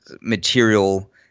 material